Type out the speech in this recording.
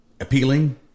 Appealing